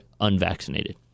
unvaccinated